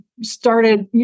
started